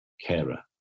carer